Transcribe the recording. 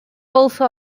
also